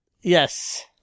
Yes